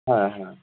হ্যাঁ হ্যাঁ